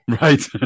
Right